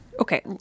Okay